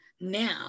now